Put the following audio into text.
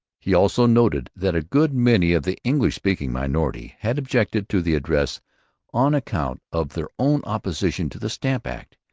he also noted that a good many of the english-speaking minority had objected to the addresses on account of their own opposition to the stamp act,